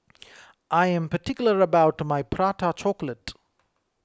I am particular about my Prata Chocolate